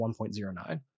1.09